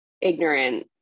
ignorant